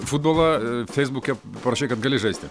futbolą feisbuke parašei kad gali žaisti